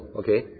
okay